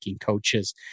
coaches